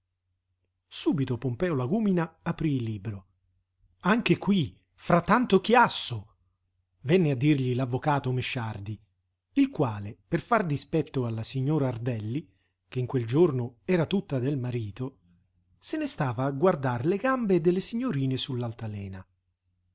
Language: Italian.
subito pompeo lagúmina aprí il libro anche qui fra tanto chiasso venne a dirgli l'avvocato mesciardi il quale per far dispetto alla signora ardelli che in quel giorno era tutta del marito se ne stava a guardar le gambe delle signorine